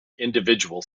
individual